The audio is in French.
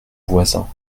voisin